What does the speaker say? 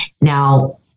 Now